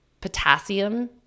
potassium